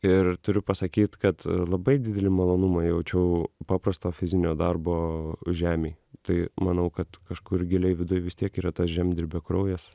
ir turiu pasakyt kad labai didelį malonumą jaučiau paprasto fizinio darbo žemėj tai manau kad kažkur giliai viduj vis tiek yra tas žemdirbio kraujas